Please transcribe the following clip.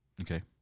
Okay